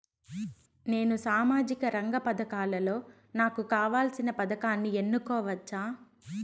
నేను సామాజిక రంగ పథకాలలో నాకు కావాల్సిన పథకాన్ని ఎన్నుకోవచ్చా?